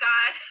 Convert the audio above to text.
God